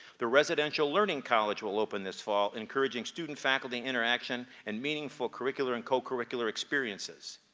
the residential learning college will open this fall, encouraging student-faculty interaction, and meaningful curricular and co-curricular experiences.